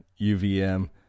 UVM